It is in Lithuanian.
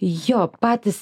jo patys